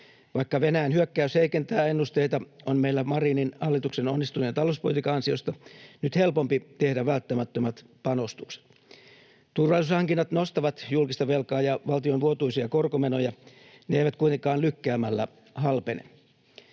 Vaikka Venäjän hyökkäys heikentää ennusteita, on meillä Marinin hallituksen onnistuneen talouspolitiikan ansiosta nyt helpompi tehdä välttämättömät panostukset. Turvallisuushankinnat nostavat julkista velkaa ja valtion vuotuisia korkomenoja. Ne eivät kuitenkaan lykkäämällä halpene.